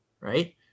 right